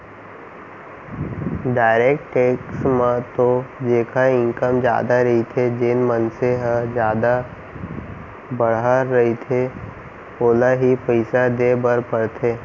direct tax म तो जेखर इनकम जादा रहिथे जेन मनसे ह जादा बड़हर रहिथे ओला ही पइसा देय बर परथे